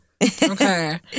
Okay